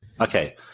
okay